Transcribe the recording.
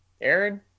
Aaron